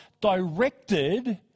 directed